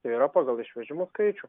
tai yra pagal išvežimų skaičių